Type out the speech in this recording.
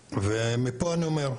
מפה אני אומר,